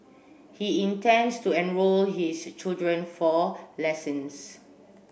he intends to enrol his children for lessons